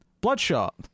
Bloodshot